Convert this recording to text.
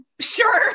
sure